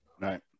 right